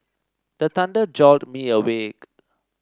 the thunder jolt me awake